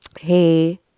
hey